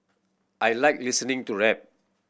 I like listening to rap